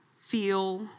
feel